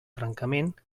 trencament